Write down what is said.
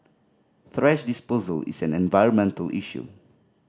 thrash disposal is an environmental issue